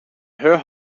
her